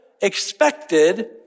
expected